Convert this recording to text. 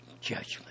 judgment